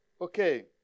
Okay